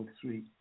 three